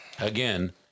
again